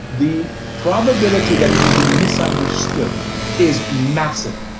the probability that it will be misunderstood is massive,